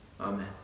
Amen